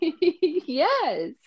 Yes